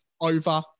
over